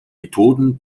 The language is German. methoden